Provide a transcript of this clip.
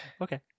Okay